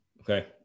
Okay